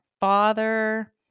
father